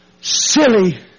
silly